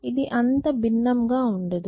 ఇది అంత భిన్నంగా ఉండదు